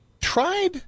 tried